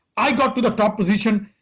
i got to the top position,